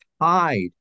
tied